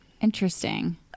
Interesting